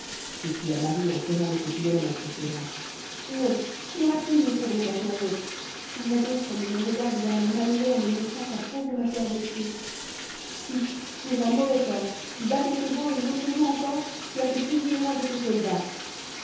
s'écria marie en serrant le petit bonhomme entre ses bras non tu n'auras plus mon pauvre casse-noisette vois donc comme il me regarde d'un air malheureux en me montrant sa pauvre mâchoire blessée fi tu es un mauvais cœur tu bats tes chevaux et l'autre jour encore tu as fait fusiller un de tes soldats